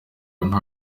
nta